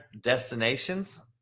destinations